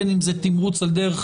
בין אם זה תמרוץ על דרך